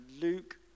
Luke